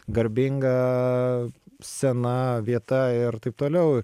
garbinga scena vieta ir taip toliau